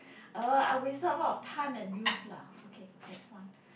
ugh I wasted a lot of time and youth lah okay next one